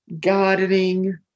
gardening